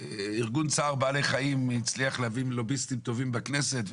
ארגון צער בעלי חיים הצליח להביא לוביסטים טובים בכנסת,